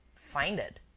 find it.